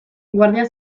guardia